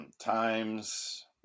times